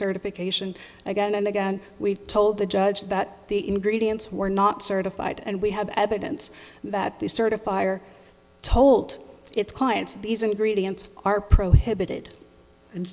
certification again and again we told the judge that the ingredients were not certified and we have evidence that they certify or told its clients these ingredients are prohibited and